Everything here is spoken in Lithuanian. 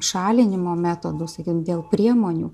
šalinimo metodus sakykime dėl priemonių